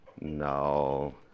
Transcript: No